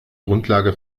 grundlage